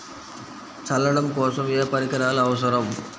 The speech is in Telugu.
చల్లడం కోసం ఏ పరికరాలు అవసరం?